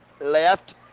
left